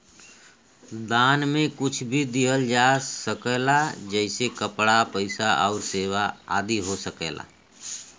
दान में कुछ भी दिहल जा सकला जइसे कपड़ा, पइसा आउर सेवा आदि हो सकला